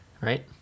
right